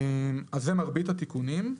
אז זה מרבית התיקונים.